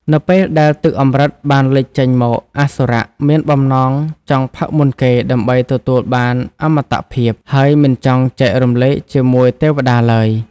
នៅពេលដែលទឹកអម្រឹតបានលេចចេញមក អសុរៈមានបំណងចង់ផឹកមុនគេដើម្បីទទួលបានអមតភាព ហើយមិនចង់ចែករំលែកជាមួយទេវតាឡើយ។ ។